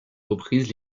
reprises